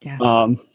Yes